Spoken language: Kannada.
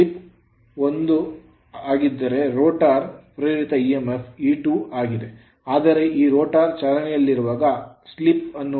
ಸ್ಲಿಪ್ ಒಂದು ಆಗಿದ್ದರೆ ರೋಟರ್ ಪ್ರೇರಿತ emf E2 ಆಗಿದೆ ಆದರೆ ಆ ರೋಟರ್ ಚಾಲನೆಯಲ್ಲಿರುವಾಗ ಅದು ಸ್ಲಿಪ್ ಅನ್ನು ಹೊಂದಿರುತ್ತದೆ ಅದು SE2 ಆಗಿರುತ್ತದೆ